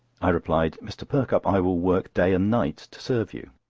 i replied mr. perkupp, i will work day and night to serve you!